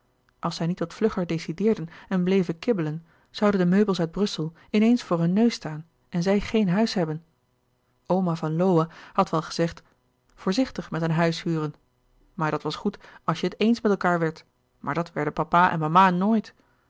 als zij niet wat vlugger decideerden en bleven kibbelen zouden de meubels uit brussel in eens voor hun neus staan en zij geen huis hebben oma van lowe had wel gezegd voorzichtig met een huis huren maar dat was goed als je het eens met elkaâr werd maar dat werden papa en mama nooit